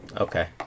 Okay